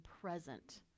present